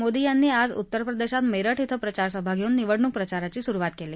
मोदी यांनी आज उत्तर प्रदेशात मेरठ डें प्रचारसभा घेऊन निवडणूक प्रचाराची सुरवात केली